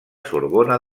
sorbona